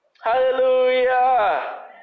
Hallelujah